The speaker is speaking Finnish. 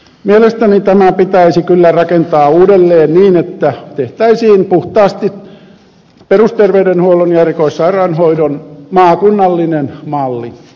mielestäni tämä pitäisi kyllä rakentaa uudelleen niin että tehtäisiin puhtaasti perusterveydenhuollon ja erikoissairaanhoidon maakunnallinen malli